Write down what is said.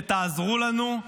שתעזרו לנו,